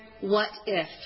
what-if